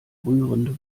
rührende